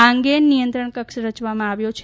આ અંગે નિયંત્રણકક્ષ રચવામાં આવ્યો છે